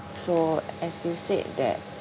so as you said that